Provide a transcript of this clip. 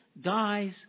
dies